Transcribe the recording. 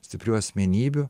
stiprių asmenybių